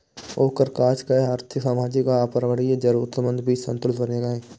ओकर काज छै आर्थिक, सामाजिक आ पर्यावरणीय जरूरतक बीच संतुलन बनेनाय